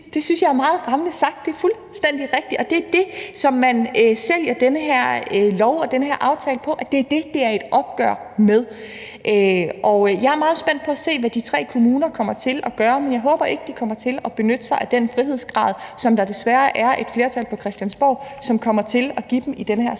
Det synes jeg er meget rammende sagt. Det er fuldstændig rigtigt, og det er det, som man sælger den her lov og den her aftale på, altså at det er det, det er et opgør med. Jeg er meget spændt på at se, hvad de tre kommuner kommer til at gøre, men jeg håber ikke, de kommer til at benytte sig af den frihedsgrad, som der desværre er et flertal på Christiansborg som kommer til at give dem i den her sag, for det